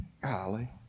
golly